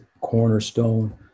cornerstone